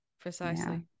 Precisely